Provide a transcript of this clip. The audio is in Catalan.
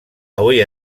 avui